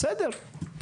בסדר.